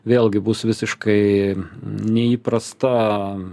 vėlgi bus visiškai neįprasta